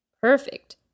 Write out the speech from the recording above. Perfect